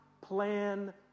plan